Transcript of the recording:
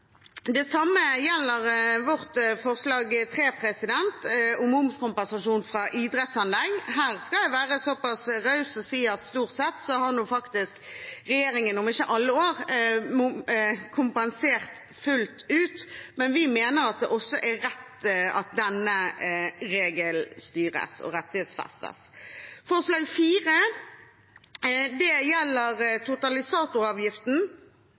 Det samme gjelder vårt forslag nr. 3, om momskompensasjon for idrettsanlegg. Her skal jeg være såpass raus å si at stort sett har faktisk regjeringen – om ikke i alle år – kompensert fullt ut, men vi mener at det er rett at også dette regelstyres og rettighetsfestes. Forslag nr. 4 gjelder totalisatoravgiften.